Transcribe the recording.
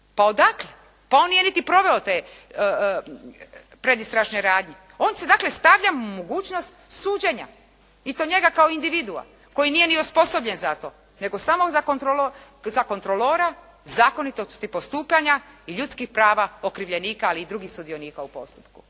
Pa odakle, pa on nije niti proveo te predistražne radnje. On se dakle stavlja u mogućnost suđenja i to njega kao individua koji nije ni osposobljen za to nego samo za kontrolora zakonitosti postupanja i ljudskih prava okrivljenika, ali i drugih sudionika u postupku.